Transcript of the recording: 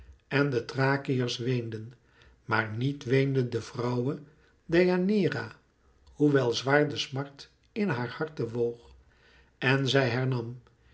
en de thrakiërs weenden maar niet weende de vrouwe deianeira hoewel zwaar de smart in haar harte woog en zij